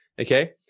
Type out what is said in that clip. okay